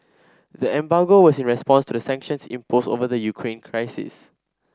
the embargo was in response to the sanctions imposed over the Ukraine crisis